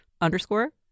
underscore